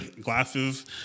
glasses